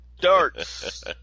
darts